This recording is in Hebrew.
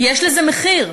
יש לזה מחיר.